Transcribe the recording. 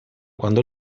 quando